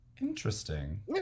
Interesting